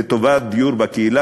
לטובת דיור בקהילה.